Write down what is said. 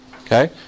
okay